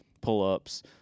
pull-ups